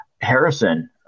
Harrison